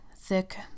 Thick